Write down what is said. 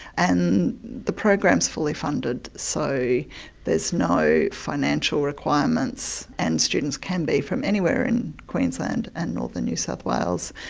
and the program is fully funded, so there's no financial requirements, and students can be from anywhere in queensland and northern new south wales.